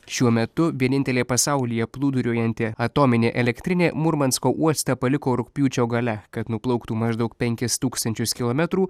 šiuo metu vienintelė pasaulyje plūduriuojanti atominė elektrinė murmansko uostą paliko rugpjūčio gale kad nuplauktų maždaug penkis tūkstančius kilometrų